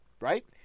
right